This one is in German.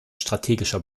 strategischer